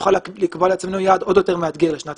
נוכל לקבוע לעצמנו יעד עוד יותר מאתגר לשנת